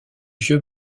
vieux